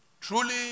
truly